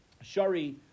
Shari